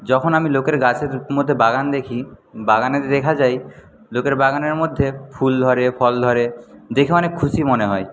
যখন আমি লোকের গাছের মধ্যে বাগান দেখি বাগানে দেখা যায় লোকের বাগানের মধ্যে ফুল ধরে ফল ধরে দেখে অনেক খুশি মনে হয়